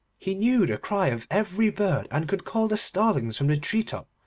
he knew the cry of every bird, and could call the starlings from the tree-top,